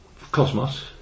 Cosmos